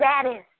status